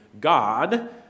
God